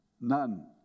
None